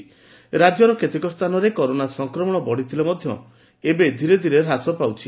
ରାକ୍ୟର କେତେକ ସ୍ସାନରେ କରୋନା ସଂକ୍ରମଣ ବଢ଼ିଥିଲେ ମଧ ଏବେ ଧୀରେ ଧୀରେ ହ୍ରାସ ପାଉଛି